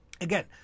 Again